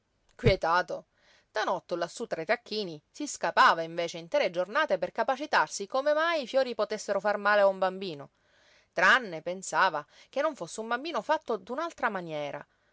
quietato tanotto lassù tra i tacchini si scapava invece intere giornate per capacitarsi come mai i fiori potessero far male a un bambino tranne pensava che non fosse un bambino fatto d'un'altra maniera